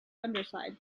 underside